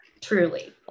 truly